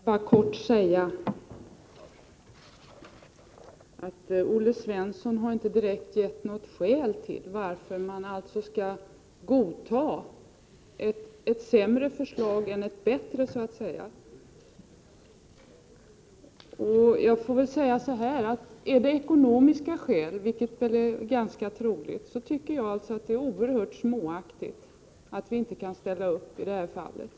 Herr talman! Olle Svensson har inte givit något direkt skäl till varför man skall godta ett sämre förslag än ett bättre. Är det ekonomiska skäl — vilket förefaller ganska troligt — är det oerhört småaktigt att vi inte kan ställa upp i detta fall.